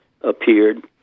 appeared